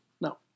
No